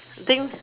things